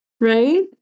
right